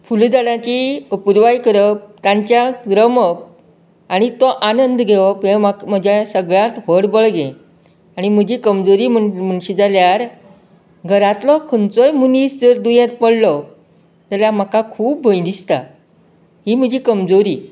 फुलझाडांची अपुरबाय करप तांच्यात रमप आनी तो आनंद घेवप हे म्हाका म्हजें व्हड बळगें आनी म्हजी कमजोरी म्ह म्हणशी जाल्यार घरांतलो खंयचोय मनीस जर दुयेंत पडलो जाल्यार म्हाका खूब भंय दिसता ही म्हजी कमजोरी